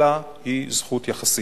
אלא היא זכות יחסית.